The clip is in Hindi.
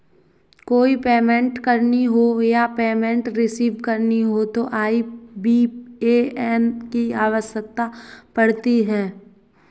कोई पेमेंट करनी हो या पेमेंट रिसीव करनी हो तो आई.बी.ए.एन की आवश्यकता पड़ती है